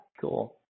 Cool